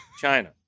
China